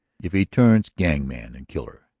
if he turns gangman and killer,